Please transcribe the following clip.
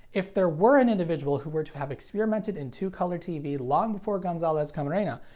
if there were an individual who were to have experimented in two color tv long before gonzalez camarena,